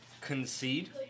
concede